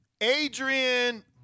adrian